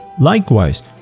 Likewise